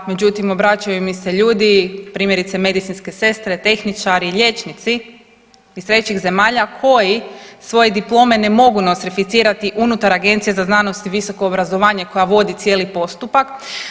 Međutim, obraćaju mi se ljudi primjerice medicinske sestre, tehničari, liječnici iz trećih zemalja koji svoje diplome ne mogu nostrificirati unutar Agencije za znanost i visoko obrazovanje koja vodi cijeli postupak.